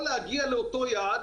או להגיע לאותו יעד